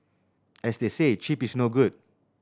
as they say cheap is no good